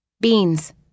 Beans